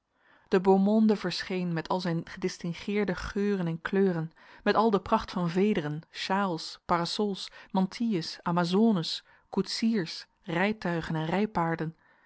de beau monde verscheen met al zijn gedistingueerde geuren en kleuren met al de pracht van vederen sjaals parasols mantilles amazones koetsiers rijtuigen en rijpaarden